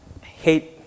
hate